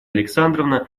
александровна